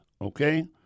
okay